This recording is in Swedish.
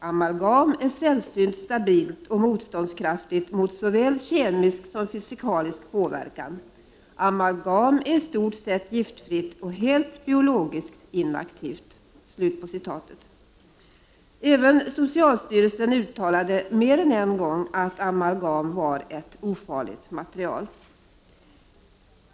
Amalgam är sällsynt stabilt och motståndskraftigt mot såväl kemisk som fysikalisk påverkan. Amalgam är i stort sett giftfritt och biologiskt helt inaktivt.” Även socialstyrelsen uttalade mer än en gång att amalgam var ett ofarligt medel.